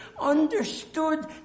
Understood